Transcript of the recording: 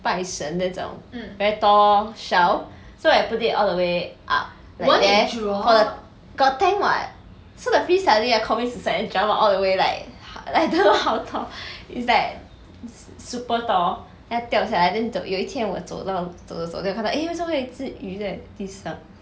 拜神那种 very tall shelf so I put it all the way up like there per got tank what so then the fish suddenly right commit suicide then jump out all the way like h~ I don't know how tall is like s~ super tall then 他掉下来 then 走有一天我走到走的时候 then 我看到 eh 为什么有一只鱼在地上